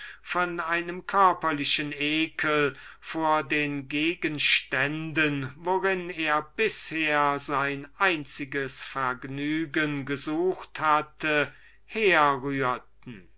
von einem physikalischen ekel vor den gegenständen worin er bisher sein einziges vergnügen gesucht hatte herrühreten